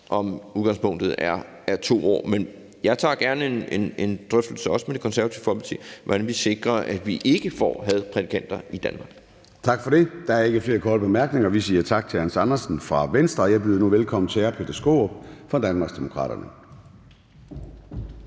om udgangspunktet er 2 år. Men jeg tager gerne en drøftelse, også med Det Konservative Folkeparti, om, hvordan vi sikrer, at vi ikke får hadprædikanter i Danmark. Tak for det. Kl. 17:17 Formanden (Søren Gade): Tak for det. Der er ikke flere korte bemærkninger, og vi siger tak til hans Andersen fra Venstre. Jeg byder nu velkommen til hr. Peter Skaarup fra Danmarksdemokraterne.